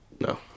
No